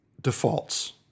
defaults